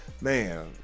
man